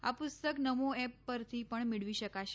આ પુસ્તક નમો એપ પરથી પણ મેળવી શકાશે